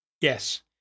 Yes